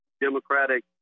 democratic